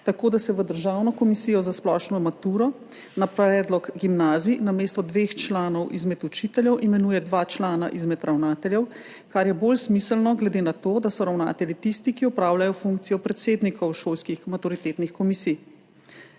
tako, da se v državno komisijo za splošno maturo na predlog gimnazij namesto dveh članov izmed učiteljev imenuje dva člana izmed ravnateljev, kar je bolj smiselno, glede na to, da so ravnatelji tisti, ki opravljajo funkcijo predsednikov šolskih maturitetnih komisij.